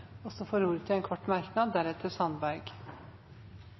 får ordet til en kort merknad,